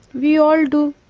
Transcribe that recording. we all do.